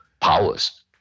powers